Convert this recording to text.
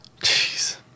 jeez